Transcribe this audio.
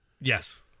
Yes